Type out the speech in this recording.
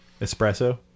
Espresso